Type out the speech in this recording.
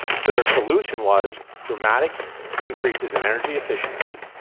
so, their solution was dramatic increases in energy efficiency,